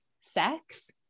sex